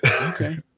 Okay